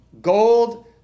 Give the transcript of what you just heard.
gold